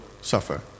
suffer